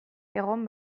egon